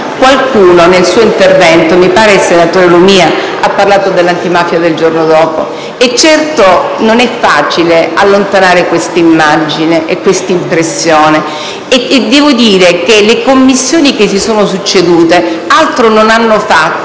Qualcuno nel suo intervento ‑ mi pare fosse il senatore Lumia ‑ ha parlato dell'antimafia del giorno dopo. Certo, non è facile allontanare questa immagine e impressione. Devo dire che le Commissioni che si sono succedute altro non hanno fatto